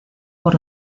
por